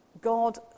God